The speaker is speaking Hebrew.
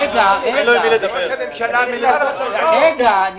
--- רגע, רגע.